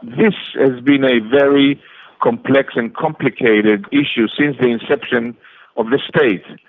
this has been a very complex and complicated issue since the inception of the state.